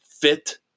fit